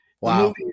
Wow